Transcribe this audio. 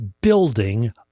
building